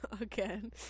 again